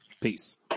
Peace